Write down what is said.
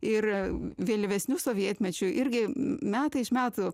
ir vėlyvesniu sovietmečiu irgi metai iš metų